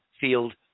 field